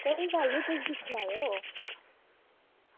कोई गल्ल निं तुस दिक्खी लैयो